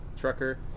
Trucker